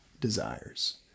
desires